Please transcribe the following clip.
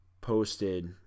posted